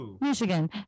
Michigan